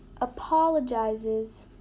apologizes